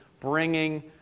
bringing